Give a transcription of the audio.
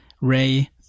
Ray